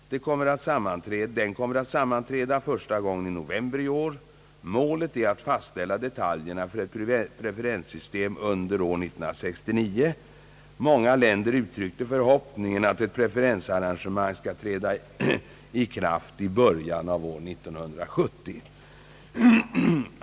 Den kommer att sammanträda första gången i november i år. Målet är att fastställa detaljerna för ett preferenssystem under år 1969. Många länder uttryckte förhoppningen att ett preferensarrangemang skall träda i kraft i början av år 1970.